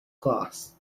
class